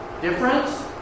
Difference